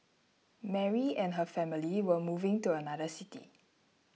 Mary and her family were moving to another city